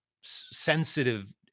sensitive